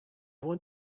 want